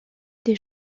des